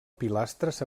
pilastres